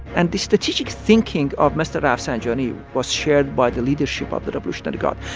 and the strategic thinking of mr. rafsanjani was shared by the leadership of the revolutionary guard.